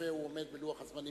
יפה הוא עומד בלוח הזמנים.